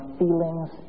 feelings